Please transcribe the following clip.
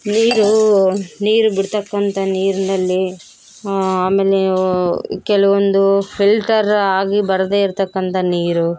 ನೀರು ನೀರು ಬಿಡ್ತಕ್ಕಂಥ ನೀರಿನಲ್ಲಿ ಆಮೇಲೆ ಕೆಲವೊಂದು ಫಿಲ್ಟರ್ ಆಗಿ ಬರದೆ ಇರ್ತಕ್ಕಂಥ ನೀರು